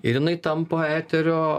ir jinai tampa eterio